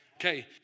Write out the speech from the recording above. Okay